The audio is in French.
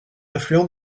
affluent